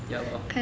ya lor